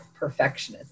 perfectionism